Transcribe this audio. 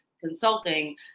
consulting